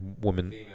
woman